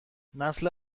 نسل